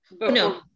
no